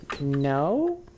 No